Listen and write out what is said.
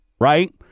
right